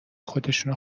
خودشون